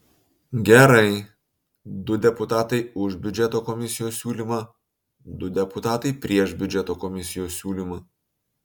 gerai du deputatai už biudžeto komisijos siūlymą du deputatai prieš biudžeto komisijos siūlymą